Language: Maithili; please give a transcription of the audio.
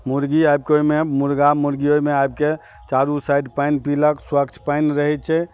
मुर्गी आबिके ओहिमे मुर्गा मुर्गी ओहिमे आबिके चारू साइड पानि पिलक स्वच्छ पानि रहै छै